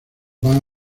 van